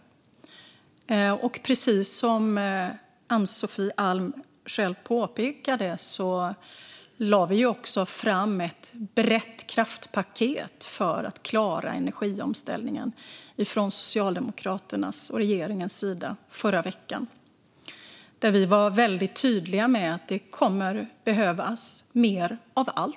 Precis som Ann-Sofie Alm själv påpekar lade vi från Socialdemokraternas och regeringens sida fram ett brett kraftpaket i förra veckan för att klara energiomställningen, där vi var väldigt tydliga med att det kommer att behövas mer av allt.